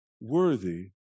worthy